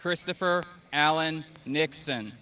christopher allan nixon